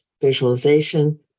visualization